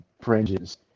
fringes